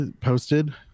posted